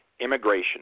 immigration